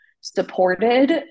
supported